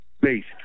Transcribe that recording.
based